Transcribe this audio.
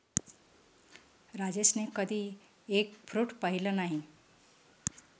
राजेशने कधी egg fruit पाहिलं नाही